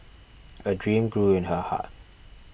a dream grew in her heart